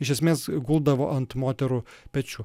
iš esmės guldavo ant moterų pečių